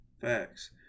Facts